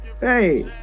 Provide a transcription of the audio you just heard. Hey